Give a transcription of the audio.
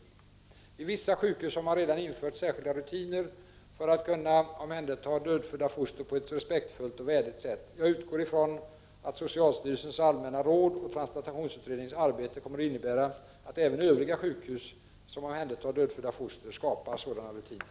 Vid vissa sjukhus har man redan infört särskilda rutiner för att kunna omhänderta dödfödda foster på ett respektfullt och värdigt sätt. Jag utgår ifrån att socialstyrelsens allmänna råd och transplantationsutredningens arbete kommer att innebära att även övriga sjukhus som omhändertar dödfödda foster skapar sådana rutiner.